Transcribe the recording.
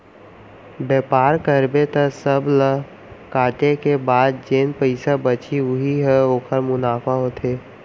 बेपार करबे त सब ल काटे के बाद जेन पइसा बचही उही ह ओखर मुनाफा होथे